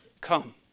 come